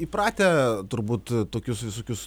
įpratę turbūt tokius visokius